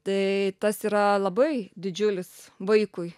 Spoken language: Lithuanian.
tai tas yra labai didžiulis vaikui